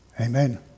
Amen